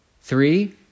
Three